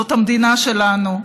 זאת המדינה שלנו.